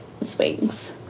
swings